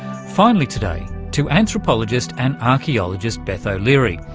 finally today to anthropologist and archaeologist beth o'leary.